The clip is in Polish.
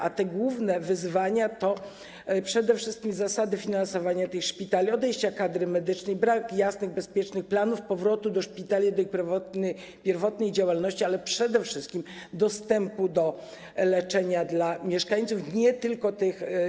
A te główne wyzwania to zasady finansowania tych szpitali, odejścia kadry medycznej, brak jasnych, bezpiecznych planów powrotu szpitali do ich pierwotnej działalności, ale przede wszystkim dostęp do leczenia dla mieszkańców nie tylko tych.